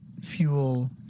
Fuel